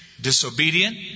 disobedient